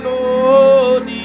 Lord